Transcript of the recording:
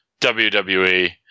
WWE